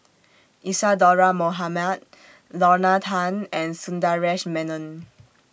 Isadhora Mohamed Lorna Tan and Sundaresh Menon